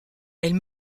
elles